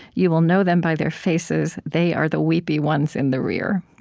you will know them by their faces they are the weepy ones in the rear.